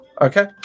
Okay